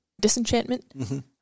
disenchantment